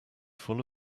full